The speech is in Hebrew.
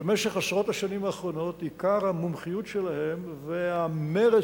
שבמשך עשרות השנים האחרונות עיקר המומחיות שלהם והמרץ